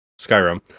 Skyrim